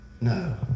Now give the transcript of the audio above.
No